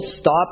stop